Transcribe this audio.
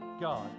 God